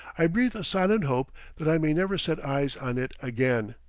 i breathe a silent hope that i may never set eyes on it again.